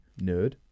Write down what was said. nerd